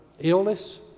illness